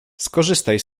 skorzystaj